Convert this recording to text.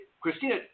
Christina